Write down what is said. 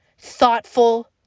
thoughtful